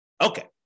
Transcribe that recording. Okay